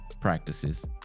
practices